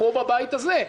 פה בבית הזה,